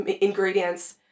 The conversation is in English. ingredients